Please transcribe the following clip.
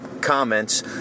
comments